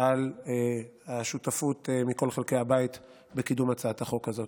על השותפות מכל חלקי הבית בקידום הצעת החוק הזאת.